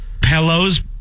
pillows